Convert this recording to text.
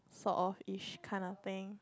sort of ish kind of thing